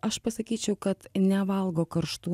aš pasakyčiau kad nevalgo karštų